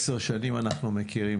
עשר שנים אנחנו מכירים,